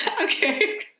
okay